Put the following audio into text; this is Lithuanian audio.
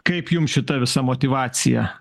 kaip jums šita visa motyvacija